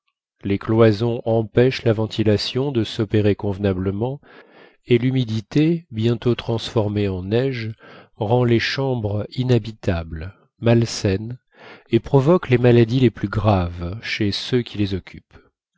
les cloisons empêchent la ventilation de s'opérer convenablement et l'humidité bientôt transformée en neige rend les chambres inhabitables malsaines et provoque les maladies les plus graves chez ceux qui les occupent